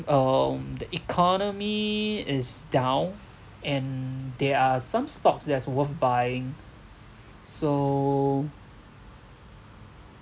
um the economy is down and there are some stocks that's worth buying so